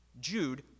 Jude